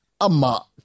Ama